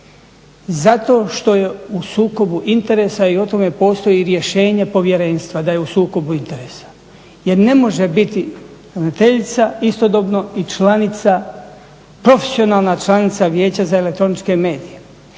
Zato što je u sukobu interesa i o tome postoji rješenja povjerenstva da je u sukobu interesa jer ne može biti ravnateljica istodobno i profesionalna članica Vijeća za elektroničke medije,